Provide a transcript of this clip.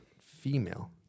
female